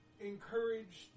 encouraged